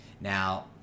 now